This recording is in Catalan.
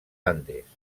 andes